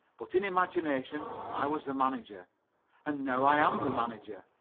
but in imagination i was the manager and now i am the manager,